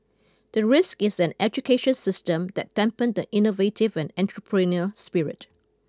the risk is an education system that dampen the innovative and entrepreneurial spirit